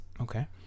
Okay